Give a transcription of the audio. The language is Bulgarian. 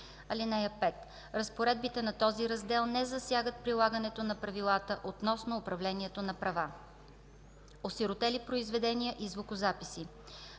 2 и 3. (5) Разпоредбите на този раздел не засягат прилагането на правилата относно управлението на права. Осиротели произведения и звукозаписи